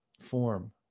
form